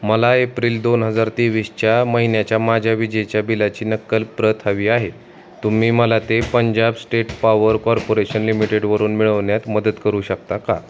मला एप्रिल दोन हजार तेवीसच्या महिन्याच्या माझ्या विजेच्या बिलाची नक्कल प्रत हवी आहे तुम्ही मला ते पंजाब स्टेट पावर कॉर्पोरेशन लिमिटेडवरून मिळवण्यात मदत करू शकता का